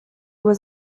was